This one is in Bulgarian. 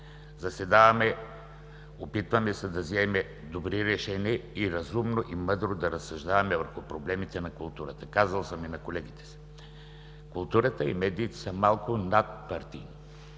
Заседаваме, опитваме се да вземем добри решения и разумно, и мъдро да разсъждаваме върху проблемите на културата. Казал съм и на колегите си – културата и медийте са малко надпартийни.